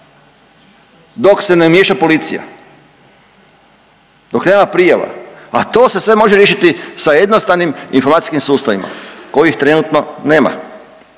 dok se ne umiješa policija, dok nema prijava, a to se sve može riješiti sa jednostavnim informacijskim sustavima kojih trenutno nema.